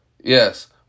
Yes